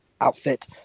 outfit